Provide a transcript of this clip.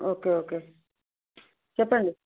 okay okay చెప్పండి